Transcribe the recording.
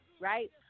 right